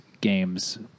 games